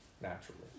naturally